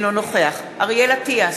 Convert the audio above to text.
אינו נוכח אריאל אטיאס,